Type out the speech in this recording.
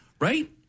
right